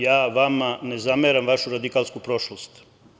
Ja vama ne zameram vašu radikalsku prošlost.